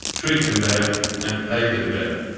treat them better and pay them better.